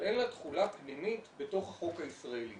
אבל אין לה תחולה פנימית בתוך החוק הישראלי.